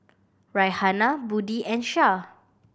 Raihana Budi and Syah